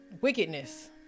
wickedness